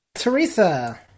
Teresa